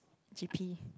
G_P